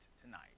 tonight